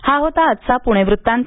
तर हा होता आजचा पुणे वृत्तांत